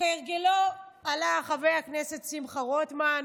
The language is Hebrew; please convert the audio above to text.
כהרגלו עלה חבר הכנסת שמחה רוטמן,